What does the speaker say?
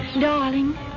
Darling